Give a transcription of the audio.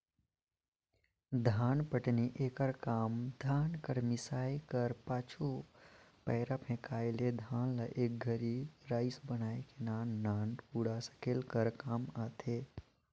धानपटनी एकर काम धान कर मिसाए कर पाछू, पैरा फेकाए ले धान ल एक घरी राएस बनाए के नान नान कूढ़ा सकेले कर काम आथे